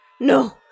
No